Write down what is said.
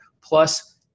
plus